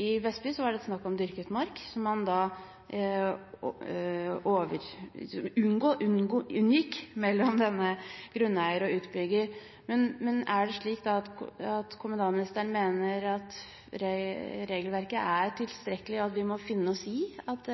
I Vestby var det snakk om dyrket mark, noe som denne grunneieren og utbyggeren da unngikk. Er det da slik at kommunalministeren mener at regelverket er tilstrekkelig, og at vi må finne oss i at